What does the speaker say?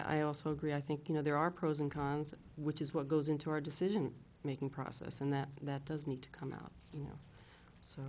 t i also agree i think you know there are pros and cons which is what goes into our decision making process and that that does need to come out you know so